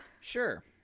sure